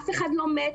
אף אחד לא מת,